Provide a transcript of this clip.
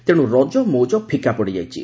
ତେଶୁ ରଜ ମଉଜ ଫିକା ପଡିଯାଇଛି